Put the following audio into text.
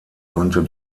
konnte